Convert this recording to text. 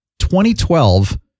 2012